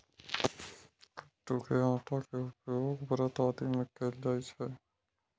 कट्टू के आटा के उपयोग व्रत आदि मे कैल जाइ छै